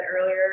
earlier